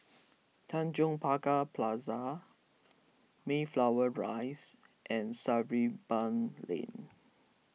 Tanjong Pagar Plaza Mayflower Rise and Sarimbun Lane